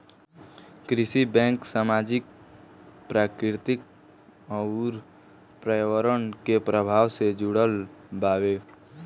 कृषि बैंक सामाजिक, प्राकृतिक अउर पर्यावरण के प्रभाव से जुड़ल बावे